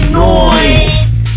noise